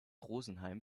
rosenheim